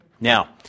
Now